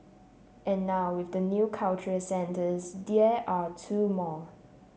and now with the new cultural centres there are two more